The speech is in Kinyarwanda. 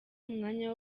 umwanya